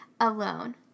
alone